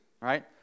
right